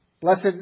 Blessed